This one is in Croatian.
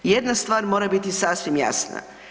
Jedna stvar mora biti sasvim jasna.